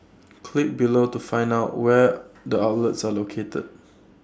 click below to find out where the outlets are located